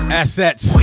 assets